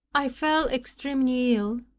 i fell extremely ill.